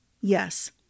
yes